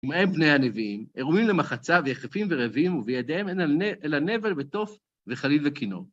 ובהם בני הנביאים, עירומים למחצה ויחפים ורבים, ובידיהם אין אלא נבל ותוף וחליל וכינור.